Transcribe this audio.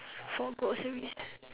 for groceries